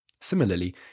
Similarly